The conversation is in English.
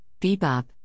Bebop